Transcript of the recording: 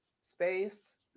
space